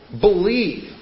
believe